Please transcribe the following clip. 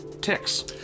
Tick's